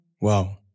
Wow